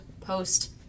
post